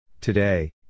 Today